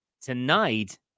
tonight